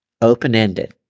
Open-ended